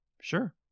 sure